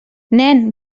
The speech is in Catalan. nen